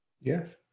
Yes